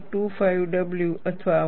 025 w અથવા 1